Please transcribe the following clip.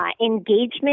engagement